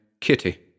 Kitty